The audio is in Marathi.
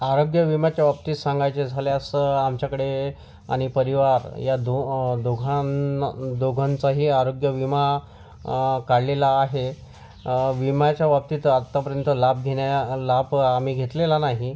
आरोग्यविम्याच्या बाबतीत सांगायचे झाल्यास आमच्याकडे आणि परिवार या दो दोघांन् दोघांचाही आरोग्यविमा काढलेला आहे विम्याच्या बाबतीत आत्तापर्यंत लाभ घेण्या लाभ आम्ही घेतलेला नाही